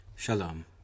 Shalom